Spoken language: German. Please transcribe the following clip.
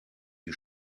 die